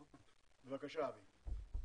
בבקשה, אבי.